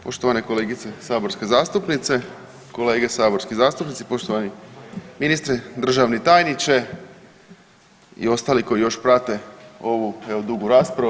Poštovane kolegice saborske zastupnice, kolege saborski zastupnici, poštovani ministre, državni tajniče i ostali koji još prate ovu dugu raspravu.